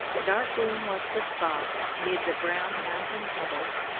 dark green was the spot mid the brown mountain heather,